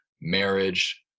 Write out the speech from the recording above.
marriage